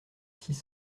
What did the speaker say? six